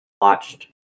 watched